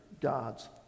God's